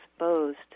exposed